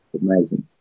Amazing